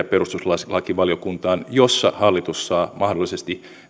perustuslakivaliokuntaan joissa hallitus saa mahdollisesti